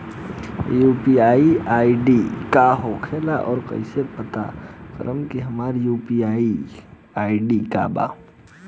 UPI ID का होखेला और कईसे पता करम की हमार यू.पी.आई आई.डी का बा?